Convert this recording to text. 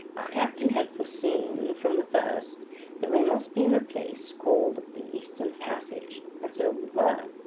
our captain had foreseen from the first that we must be in a place called the eastern passage and so we were.